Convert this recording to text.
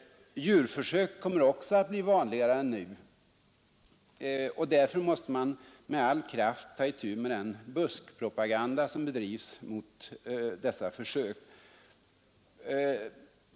Djurförsök kommer också att bli vanligare än nu, och därför måste man med all kraft ta itu med den buskpropaganda som bedrivs mot dessa försök.